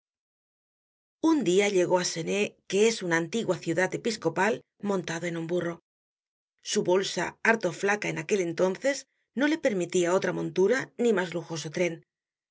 un dia llegó á senez que es una antigua ciudad episcopal montado en un burro su bolsa harto flaca en aquel entonces no le permitia otra montura ni mas lujoso tren